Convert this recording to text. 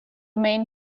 main